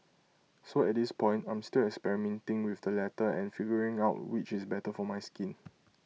so at this point I'm still experimenting with the latter and figuring out which is better for my skin